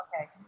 Okay